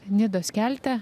nidos kelte